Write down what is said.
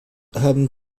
haben